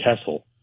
Kessel